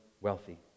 wealthy